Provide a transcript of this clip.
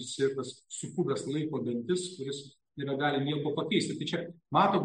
susietas supuvęs laiko dantis kuris yra gali nieko pakeisti tai čia matom